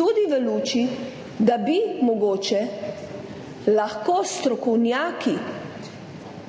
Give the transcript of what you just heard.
Tudi v luči, da bi mogoče lahko s strokovnjaki